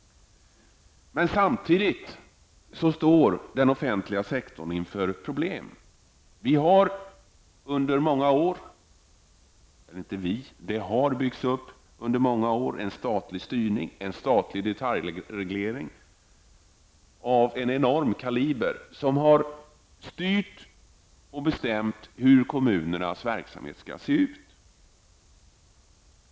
Men samtidigt står den offentliga sektorn inför problem. Under många år har man byggt upp en statlig styrning och detaljreglering av enorm kaliber, som har varit styrande och som har bestämt hur kommunernas verksamhet skall se ut.